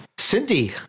Cindy